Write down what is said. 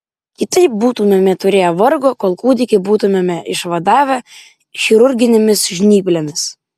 kitaip būtumėme turėję vargo kol kūdikį būtumėme išvadavę chirurginėmis žnyplėmis